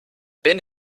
bin